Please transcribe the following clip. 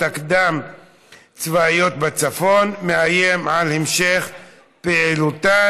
הקדם-צבאיות בצפון מאיים על המשך פעילותן,